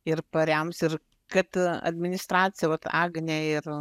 ir parems ir kad administracija vat agnė ir